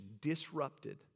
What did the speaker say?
disrupted